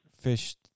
fished